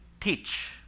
teach